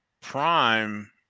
prime